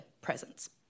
presence